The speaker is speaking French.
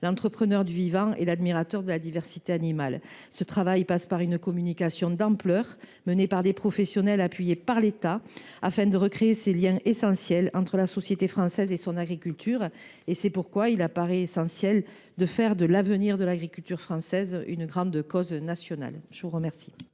l’entrepreneur du vivant et l’admirateur de la diversité animale. Un tel travail passe par une communication d’ampleur, menée par des professionnels appuyés par l’État, afin de recréer ces liens essentiels entre la société française et son agriculture. Il paraît donc essentiel de faire de l’avenir de l’agriculture française une grande cause nationale. Quel